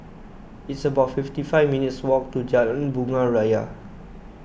it's about fifty five minutes' walk to Jalan Bunga Raya